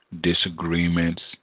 Disagreements